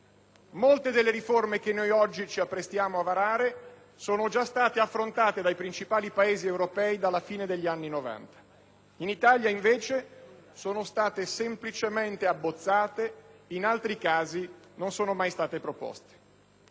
Molte delle riforme che oggi ci apprestiamo a varare sono già state affrontate dai principali Paesi europei dalla fine degli anni '90. In Italia, invece, sono state semplicemente abbozzate, in altri casi non sono mai state proposte.